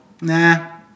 Nah